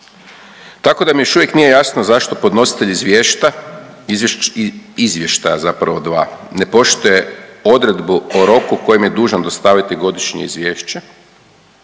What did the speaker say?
Tako da mi još uvijek nije jasno zašto podnositelj izviješta, izvještaja zapravo 2, ne poštuje odredbu o roku kojim je dužan je dostaviti godišnje izvješće,